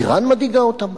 אירן מדאיגה אותם,